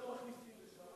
שלא מכניסים לשם,